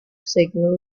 signal